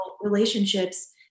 relationships